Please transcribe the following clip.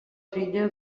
filla